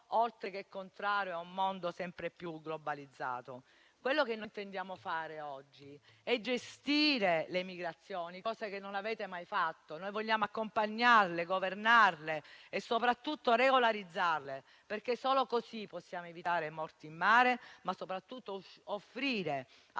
oltre che contrario a un mondo sempre più globalizzato. Quello che intendiamo fare oggi è gestire le migrazioni, cosa che non avete mai fatto. Noi vogliamo accompagnarle, governarle e soprattutto regolarizzarle, perché solo così possiamo evitare i morti in mare, ma soprattutto offrire